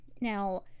Now